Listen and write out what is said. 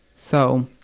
so,